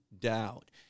doubt